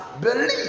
believe